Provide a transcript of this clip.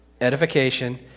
Edification